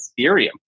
Ethereum